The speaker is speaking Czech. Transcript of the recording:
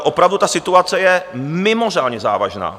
Opravdu ta situace je mimořádně závažná.